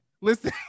Listen